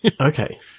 Okay